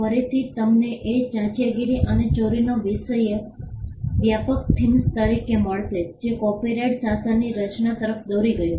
ફરીથી તમને તે ચાંચિયાગીરી અને ચોરીનો વિષય વ્યાપક થીમ્સ તરીકે મળશે જે કોપિરાઇટ શાસનની રચના તરફ દોરી ગયું